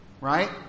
Right